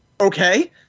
Okay